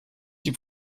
die